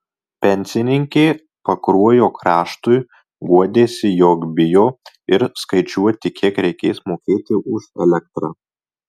pensininkė pakruojo kraštui guodėsi jog bijo ir skaičiuoti kiek reikės mokėti už elektrą